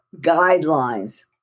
guidelines